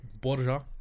Borja